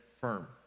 firm